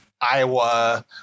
Iowa